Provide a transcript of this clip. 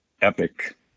Epic